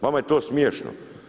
Vama je to smiješno.